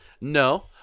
No